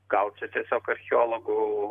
gal čia tiesiog archeologų